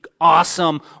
awesome